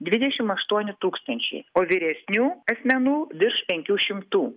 dvidešimt aštuoni tūkstančiai o vyresnių asmenų virš penkių šimtų